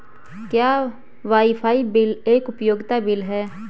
क्या wifi bill एक उपयोगिता बिल है?